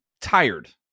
tired